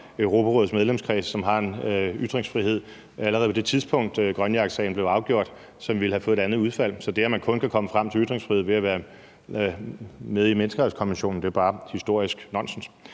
Europarådets medlemskreds, som havde ytringsfrihed allerede på det tidspunkt, hvor grønjakkesagen blev afgjort, og som ville have fået et andet udfald. Så det, at man kun kan komme frem til ytringsfrihed ved at være med i menneskerettighedskonventionen, er bare historisk nonsens.